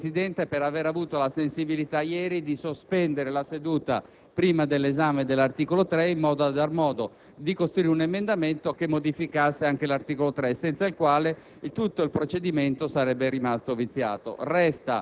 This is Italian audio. Concludo ringraziandola, signor Presidente, per aver avuto ieri la sensibilità di sospendere la seduta prima dell'esame dell'articolo 3 in modo da consentire la predisposizione di un emendamento che modificasse anche l'articolo 3, senza il quale